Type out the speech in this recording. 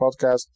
podcast